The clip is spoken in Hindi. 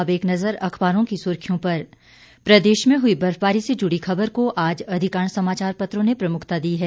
अब एक नजर अखबारों की सुर्खियों पर प्रदेश में हुई बर्फबारी से जुड़ी खबर को आज अधिकांश समाचार पत्रों ने प्रमुखता दी है